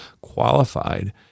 qualified